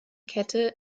kette